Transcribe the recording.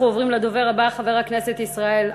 אנחנו עוברים לדובר הבא, חבר הכנסת ישראל אייכלר.